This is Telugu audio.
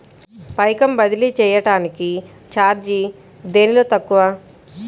పైకం బదిలీ చెయ్యటానికి చార్జీ దేనిలో తక్కువ?